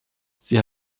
sie